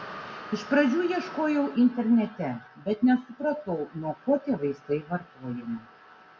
iš pradžių ieškojau internete bet nesupratau nuo ko tie vaistai vartojami